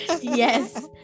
Yes